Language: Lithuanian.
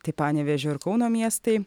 tai panevėžio ir kauno miestai